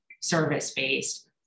service-based